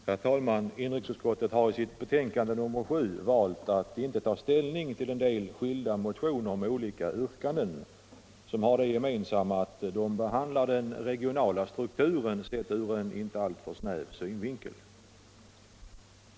Herr talman! Inrikesutskottet har i sitt betänkande valt att inte ta ställning till en del motioner med olika yrkanden som har det gemensamt att de behandlar den regionala strukturen sedd ur en inte alltför snäv synvinkel.